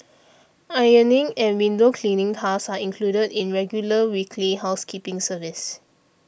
ironing and window cleaning tasks are included in regular weekly housekeeping service